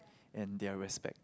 and their respect